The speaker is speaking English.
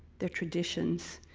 their traditions,